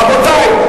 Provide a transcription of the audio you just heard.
רבותי,